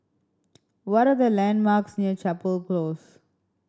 what are the landmarks near Chapel Close